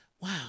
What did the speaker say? Wow